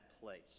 place